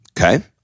Okay